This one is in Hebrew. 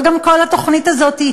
וגם כל התוכנית הזאת,